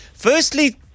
Firstly